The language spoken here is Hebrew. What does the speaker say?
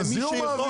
בזיהום.